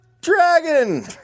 Dragon